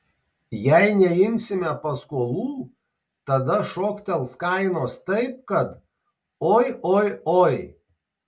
jei neimsime paskolų tada šoktels kainos taip kad oi oi oi